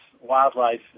wildlife